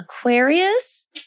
Aquarius